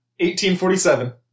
1847